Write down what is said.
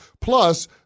Plus